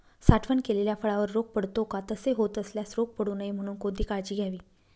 साठवण केलेल्या फळावर रोग पडतो का? तसे होत असल्यास रोग पडू नये म्हणून कोणती काळजी घ्यावी?